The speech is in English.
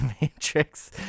matrix